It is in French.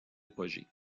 apogée